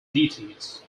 deities